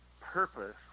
purpose